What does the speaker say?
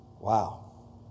Wow